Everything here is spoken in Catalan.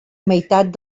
meitat